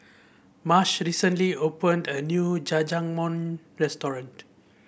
Marsh recently opened a new Jajangmyeon Restaurant